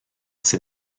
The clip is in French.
s’est